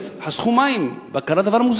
הציבור.